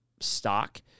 stock